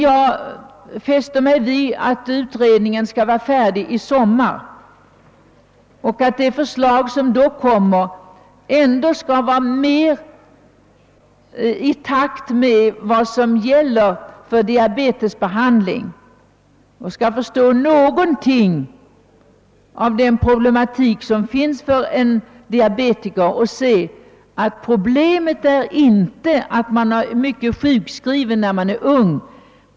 Jag fäster mig emellertid vid att utredningen skall vara färdig i sommar, och jag hoppas att det förslag som då läggs fram skall vara mer i takt med vad som gäller för diabetesbehandling. Jag hoppas också att det skall visa sig att man har förstått en del av de problem som en diabetiker har. Problemet är inte att man är mycket sjukskriven när man är ung.